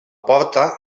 porta